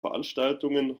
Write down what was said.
veranstaltungen